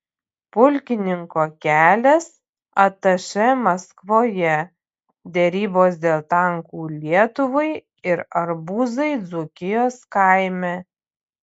pulkininko kelias atašė maskvoje derybos dėl tankų lietuvai ir arbūzai dzūkijos kaime